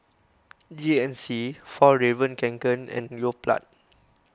G N C Fjallraven Kanken and Yoplait